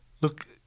Look